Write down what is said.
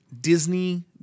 Disney